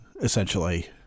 essentially